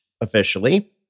officially